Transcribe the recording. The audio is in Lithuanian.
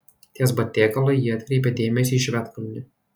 ties batėgala ji atkreipė dėmesį į švedkalnį